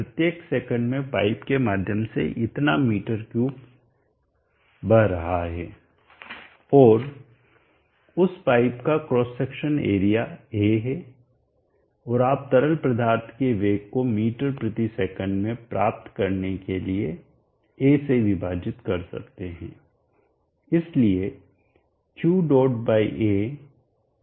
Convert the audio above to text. प्रत्येक सेकंड में पाइप के माध्यम से इतना m3 बह रहा है और उस पाइप का क्रॉस सेक्शन एरिया A है और आप तरल पदार्थ के वेग को ms में प्राप्त करने के लिए A से विभाजित कर सकते है